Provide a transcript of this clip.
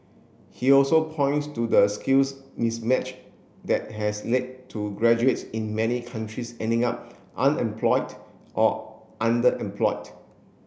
he also points to the skills mismatch that has led to graduates in many countries ending up unemployed or underemployed